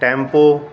tempo